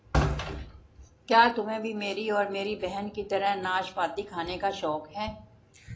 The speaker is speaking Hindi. क्या तुम्हे भी मेरी और मेरी बहन की तरह नाशपाती खाने का शौक है?